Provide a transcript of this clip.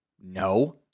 No